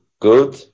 good